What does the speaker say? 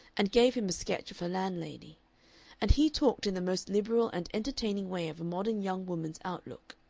and gave him a sketch of her landlady and he talked in the most liberal and entertaining way of a modern young woman's outlook.